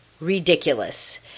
ridiculous